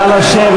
לא, לא, שתמשיך.